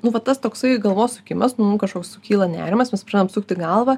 nu va tas toksai galvos sukimas nu mum kažkoks sukyla nerimas mes pradedam sukti galvą